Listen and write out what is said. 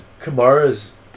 Kamara's